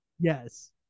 Yes